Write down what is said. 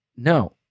No